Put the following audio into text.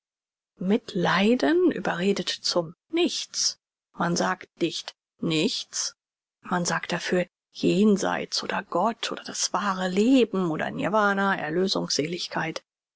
mitleiden überredet zum nichts man sagt nicht nichts man sagt dafür jenseits oder gott oder das wahre leben oder nirvana erlösung